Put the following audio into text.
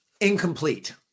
Incomplete